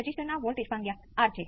V c 1 શું છે